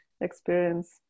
experience